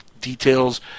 details